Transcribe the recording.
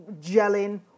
gelling